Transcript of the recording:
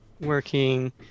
working